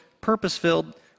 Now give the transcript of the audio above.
purpose-filled